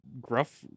gruff